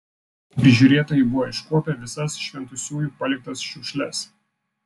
prižiūrėtojai buvo iškuopę visas šventusiųjų paliktas šiukšles